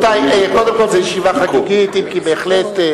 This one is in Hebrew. קודם כול, זאת ישיבה חגיגית, אם כי בהחלט,